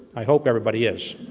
i hope everybody is.